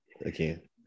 again